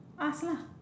ask lah